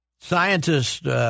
scientists